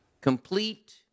Complete